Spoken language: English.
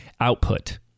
output